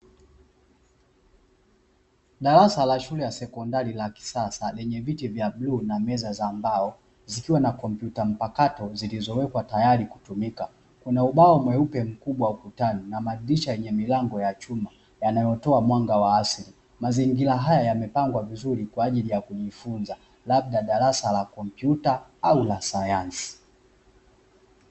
Darasa la shule ya sekondari la kisasa lenye viti vya bluu na meza za mbao zikiwa zina kompyuta mpakato zilizowekwa tayari kutumika. Kuna ubao mweupe ukutani mkubwa na madirisha yenye milango ya chuma yanayotoa mwanga wa asili. Mazingira haya yamepangwa vizuri kwa ajili ya kujifunza, labda darasa la kompyuta au la sayansi.